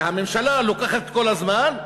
שהממשלה לוקחת את כל הזמן,